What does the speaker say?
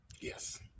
Yes